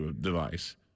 device